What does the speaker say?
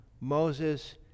Moses